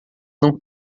não